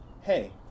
hey